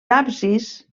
absis